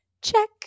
check